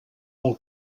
del